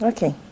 Okay